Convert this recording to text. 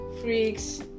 freaks